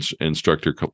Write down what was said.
instructor